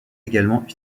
également